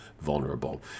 vulnerable